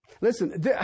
Listen